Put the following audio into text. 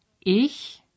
ich